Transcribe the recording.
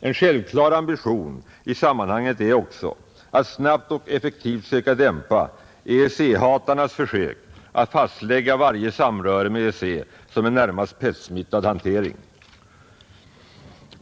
En självklar ambition i sammanhanget är också att snabbt och effektivt söka dämpa EEC-hatarnas försök att fastlägga varje samröre med EEC som en närmast pestsmittad hantering.